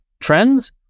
trends